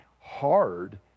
hard